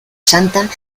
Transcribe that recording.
santa